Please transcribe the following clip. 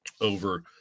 over